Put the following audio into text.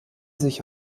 sich